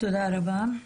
תודה רבה.